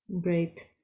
Great